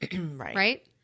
Right